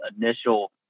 initial